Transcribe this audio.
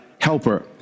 helper